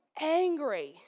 angry